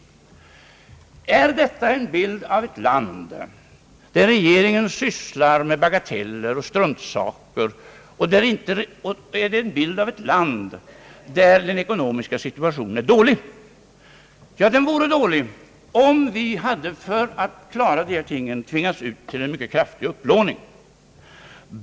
Är detta en bild av ett land där regeringen sysslar med bagateller och struntsaker? Är det en bild av ett land där den ekonomiska situationen är dålig? Ja, läget skulle vara dåligt om vi för att klara dessa ting hade tvingats till en mycket kraftig upplåning.